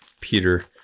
Peter